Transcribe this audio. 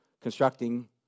constructing